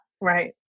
Right